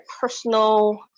personal